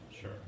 Sure